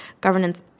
governance